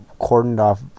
cordoned-off